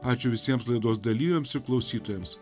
ačiū visiems laidos dalyviams ir klausytojams